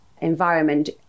environment